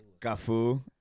Cafu